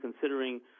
considering